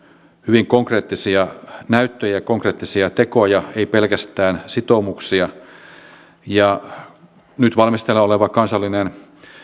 hyvin konkreettisia näyttöjä ja konkreettisia tekoja ei pelkästään sitoumuksia nyt valmisteilla oleva kansallinen